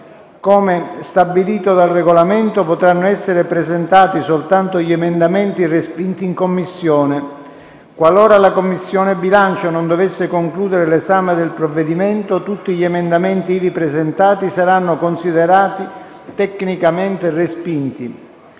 Come stabilito dal Regolamento, potranno essere presentati soltanto gli emendamenti respinti in Commissione. Qualora la Commissione bilancio non dovesse concludere l'esame del provvedimento, tutti gli emendamenti ivi presentati saranno considerati tecnicamente respinti.